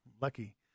Lucky